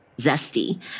zesty